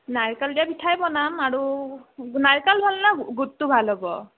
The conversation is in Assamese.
নাইৰকল দিয়া পিঠাই বনাম আৰু নাৰিকল ভাল হ'ব না গুৰটো ভাল হ'ব